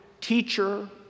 teacher